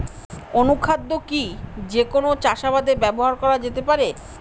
অনুখাদ্য কি যে কোন চাষাবাদে ব্যবহার করা যেতে পারে?